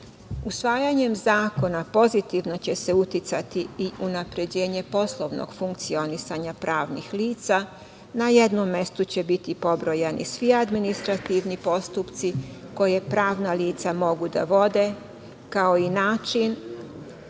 registar. Usvajanjem zakona pozitivno će se uticati i na unapređenje poslovnog funkcionisanja pravnih lica. Na jednom mestu će biti pobrojani svi administrativni postupci koja pravna lica mogu da vode, kao i način